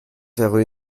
faire